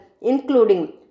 including